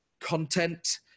content